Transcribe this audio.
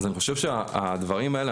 אני חושב שהדברים האלה,